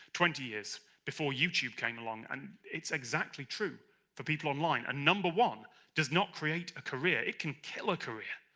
twenty years before youtube came along, and it's exactly true for people online a number one does not create a career it can kill a career.